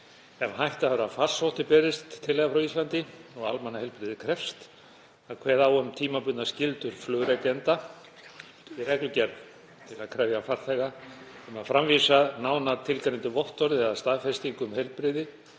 ef hætta er á að farsóttir berist til eða frá Íslandi og almannaheilbrigði krefst, að kveða á um tímabundnar skyldur flugrekenda í reglugerð til að krefja farþega um að framvísa nánar tilgreindu vottorði eða staðfestingu um heilbrigði